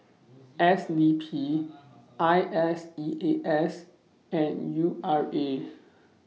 S D P I S E A S and U R A